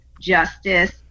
justice